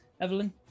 Evelyn